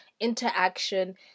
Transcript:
interaction